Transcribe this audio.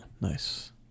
nice